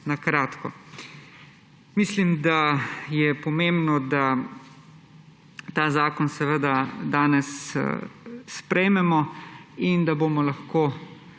na kratko. Mislim, da je pomembno, da ta zakon seveda danes sprejmemo in da ga bomo